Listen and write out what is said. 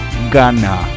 Ghana